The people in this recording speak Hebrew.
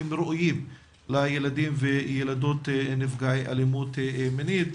ראויים לילדים ולילדות נפגעי אלימות מינית,